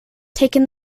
taken